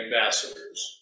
ambassadors